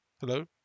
hello